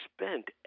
spent